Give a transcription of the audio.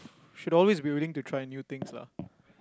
should always be willing to try new things lah